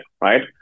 right